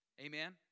Amen